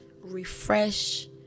refresh